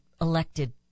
elected